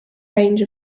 range